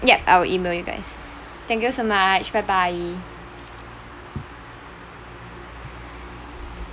yup I will email you guys thank you so much bye bye